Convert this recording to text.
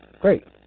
Great